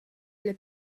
les